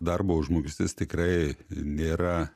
darbo užmokestis tikrai nėra